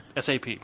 SAP